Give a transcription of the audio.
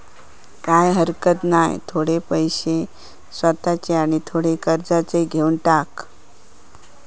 काय हरकत नाय, थोडे पैशे स्वतःचे आणि थोडे कर्जाचे घेवन टाक